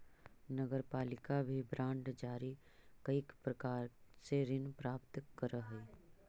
नगरपालिका भी बांड जारी कईक प्रकार से ऋण प्राप्त करऽ हई